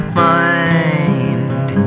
mind